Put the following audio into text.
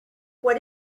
what